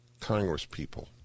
congresspeople